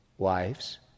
Wives